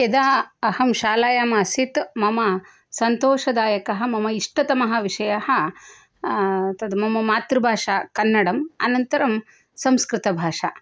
यदा अहं शालायाम् आसित् मम सन्तोषदायकः मम इष्टतमः विषयः तत् मम मातृभाषा कन्नडम् अनन्तरं संस्कृतभाषा